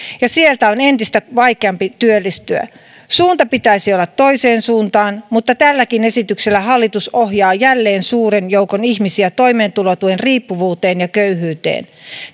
ja sieltä on entistä vaikeampi työllistyä suunta pitäisi olla toiseen suuntaan mutta tälläkin esityksellä hallitus ohjaa jälleen suuren joukon ihmisiä riippuvuuteen toimeentulotuesta ja köyhyyteen